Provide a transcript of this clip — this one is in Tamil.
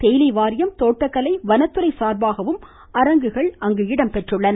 தேயிலை வாரியம் தோட்டக்கலை வனத்துறை சார்பாகவும் அரங்குகள் இதில் இடம்பெற்றுள்ளன